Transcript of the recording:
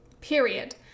period